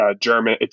German